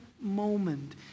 moment